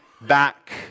back